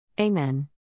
Amen